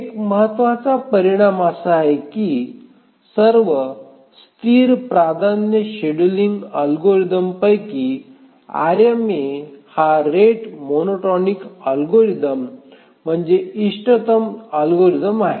एक महत्त्वाचा परिणाम असा आहे की सर्व स्थिर प्राधान्य शेड्यूलिंग अल्गोरिदमांपैकी आरएमए हा रेट मोनोटोनिक अल्गोरिदम म्हणजे इष्टतम अल्गोरिदम आहे